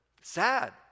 Sad